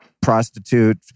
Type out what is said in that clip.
prostitute